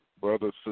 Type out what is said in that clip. brothers